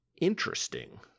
Interesting